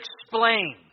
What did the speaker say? explain